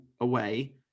away